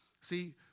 See